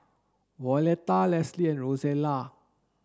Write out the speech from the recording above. Violetta Leslie and Rosella